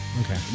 okay